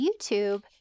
YouTube